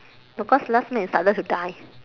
no cause last month it started to die